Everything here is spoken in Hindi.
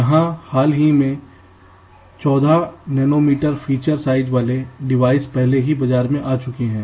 यहां हाल ही में 14 नैनोमीटर फीचर साइज वाले डिवाइस पहले ही बाजार में आ चुके हैं